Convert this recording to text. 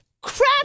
Crap